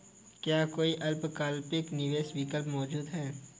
क्या कोई अल्पकालिक निवेश विकल्प मौजूद है?